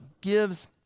gives